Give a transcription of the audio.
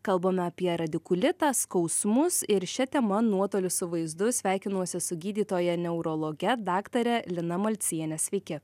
kalbame apie radikulitą skausmus ir šia tema nuotoliu su vaizdu sveikinuosi su gydytoja neurologe daktare lina malciene sveiki